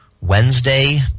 Wednesday